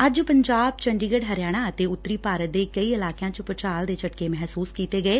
ਅੱਜ ਪੰਜਾਬ ਚੰਡੀਗੜ ਅਤੇ ਉੱਤਰੀ ਭਾਰਤ ਦੇ ਕਈ ਇਲਾਕਿਆਂ ਚ ਭੂਚਾਲ ਦੇ ਝਟਕੇ ਮਹਿਸੂਸ ਕੀਤੇ ਗਏ